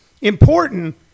Important